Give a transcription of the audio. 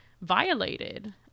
violated